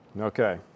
Okay